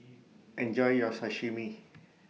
Enjoy your Sashimi